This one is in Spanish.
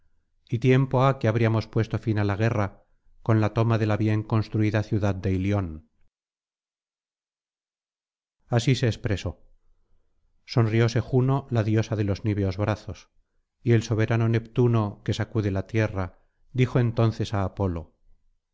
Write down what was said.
y tiempo ha que habríamos puesto fin á la guerra con la toma de la bien construida ciudad de ili así se expresó sonrióse juno la diosa de los niveos brazos y el soberano neptuno que sacude la tierra dijo entonces á apolo